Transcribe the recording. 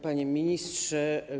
Panie Ministrze!